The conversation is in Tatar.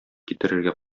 китерергә